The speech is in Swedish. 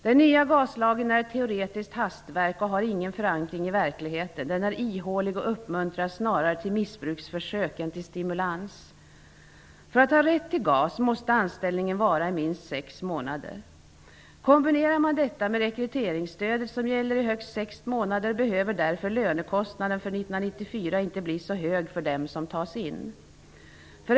Den nya GAS-lagen är ett teoretiskt hastverk och har ingen förankring i verkligheten. Den är ihålig och uppmuntrar snarare till missbruksförsök än till stimulans. För att ha rätt till GAS måste anställningen vara i minst sex månader. Kombinerar man detta med rekryteringsstödet, som gäller i högst sex månader, behöver därför lönekostnaden för 1994 inte bli så hög för dem som tas in.